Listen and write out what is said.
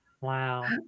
Wow